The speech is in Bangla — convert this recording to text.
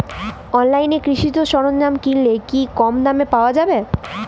অনলাইনে কৃষিজ সরজ্ঞাম কিনলে কি কমদামে পাওয়া যাবে?